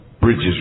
Bridges